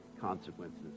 consequences